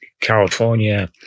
california